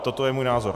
Toto je můj názor.